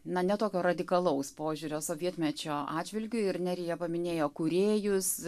na ne tokio radikalaus požiūrio sovietmečio atžvilgiu ir nerija paminėjo kūrėjus